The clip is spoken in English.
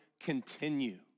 continue